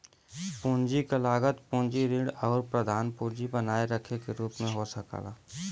पूंजी क लागत पूंजी ऋण आउर प्रधान पूंजी बनाए रखे के रूप में हो सकला